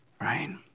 right